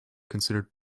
considered